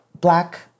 black